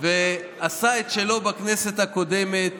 ועשה את שלו בכנסת הקודמת